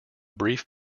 brief